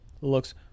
looks